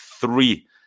three